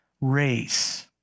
race